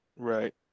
Right